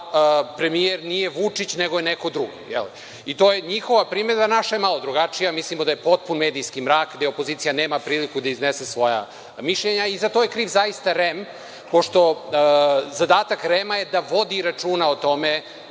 da premijer nije Vučić, nego je neko drugi. To je njihova primedba. Naša je malo drugačija. Mi mislimo da je potpun medijski mrak, da opozicija nema priliku da iznese svoja mišljenja i za to je kriv zaista REM. Zadatak REM-a je da vodi računa o tome